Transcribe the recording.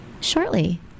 shortly